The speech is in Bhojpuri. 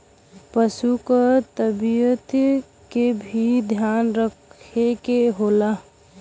पसु क तबियत के भी ध्यान रखे के होला